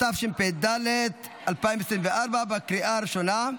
התשפ"ד 2024, לקריאה הראשונה.